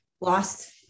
lost